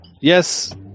Yes